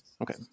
okay